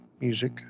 music